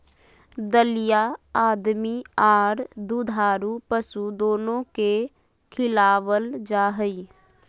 दलिया आदमी आर दुधारू पशु दोनो के खिलावल जा हई,